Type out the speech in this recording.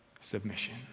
Submission